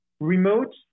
remote